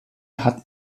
hat